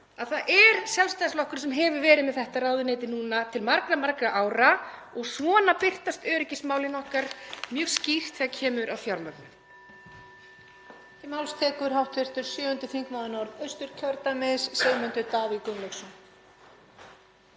að það er Sjálfstæðisflokkurinn sem hefur verið með þetta ráðuneyti núna til margra ára. Og svona birtast öryggismálin okkar mjög skýrt þegar kemur að fjármögnun.